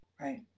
right